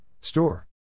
Store